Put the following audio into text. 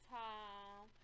time